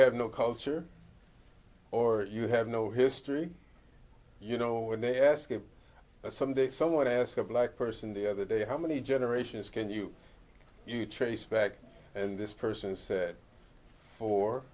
have no culture or you have no history you know when they ask if some day someone ask a black person the other day how many generations can you trace back and this person said four